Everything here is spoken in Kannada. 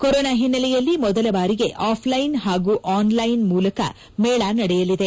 ಕೊರೊನಾ ಹಿನ್ನೆಲೆಯಲ್ಲಿ ಮೊದಲ ಬಾರಿಗೆ ಆಫ್ಲೈನ್ ಹಾಗೂ ಆನ್ಲೈನ್ ಮೂಲಕ ಮೇಳ ನಡೆಯಲಿದೆ